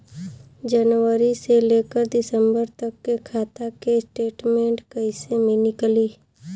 जनवरी से लेकर दिसंबर तक के खाता के स्टेटमेंट कइसे निकलि?